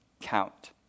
count